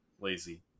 lazy